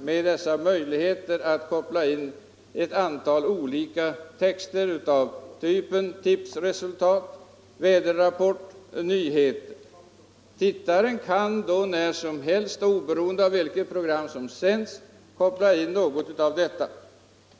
med möjligheter att koppla in ett antal olika texter av typen tipsresultat, väderrapport, nyheter osv. Tittaren kan då när som helst och oberoende av vilket program som sänds koppla in något av detta.